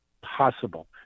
possible